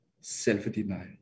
Self-denial